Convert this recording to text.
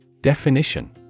Definition